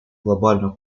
глобальную